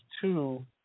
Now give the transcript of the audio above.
two